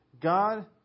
God